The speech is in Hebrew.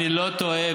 אני לא טועה.